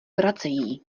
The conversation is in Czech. vracejí